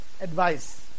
advice